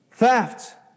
theft